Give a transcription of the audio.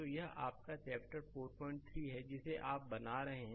तो यह आपकाचैप्टर 430 है जिसे आप बना रहे हैं